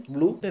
Blue